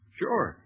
sure